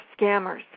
scammers